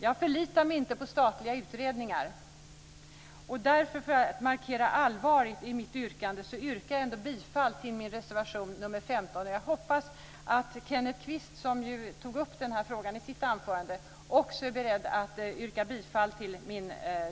Jag förlitar mig inte på statliga utredningar, och för att markera allvaret i detta yrkar jag bifall till reservation 15. Jag hoppas att Kenneth Kvist, som tog upp den här frågan i sitt anförande, också är beredd att yrka bifall till min reservation. Fru talman!